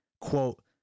quote